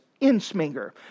Insminger